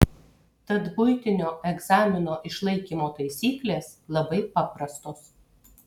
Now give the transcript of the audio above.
tad buitinio egzamino išlaikymo taisyklės labai paprastos